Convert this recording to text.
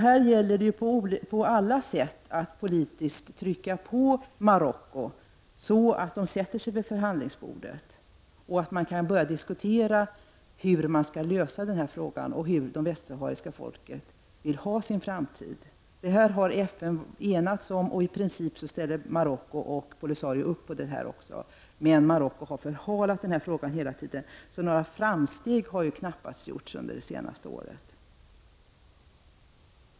Det gäller att på alla sätt politiskt trycka på Marocko, så att företrädare för Marocko sätter sig vid förhandlingsbordet och man kan börja diskutera denna fråga och frågan hur det västsahariska folket vill ha sin framtid. Det är något som FN-staterna har enats om. I princip ställer också Marocko och Polisario upp, men Marocko har alltså förhalat frågan så några framsteg har knappast gjorts under det senaste året.